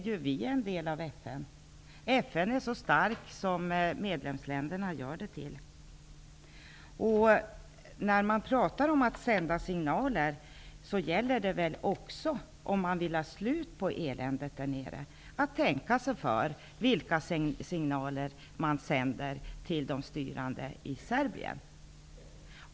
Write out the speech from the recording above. Vi är en del av FN. FN är så starkt som medlemsländerna gör det till. När man talar om att sända signaler gäller det väl också om vi vill få slut på eländet där nere. Vi skall tänka oss för vilka signaler vi sänder till de styrande i Serbien.